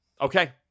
Okay